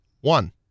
One